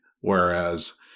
Whereas